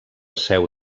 seu